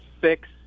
six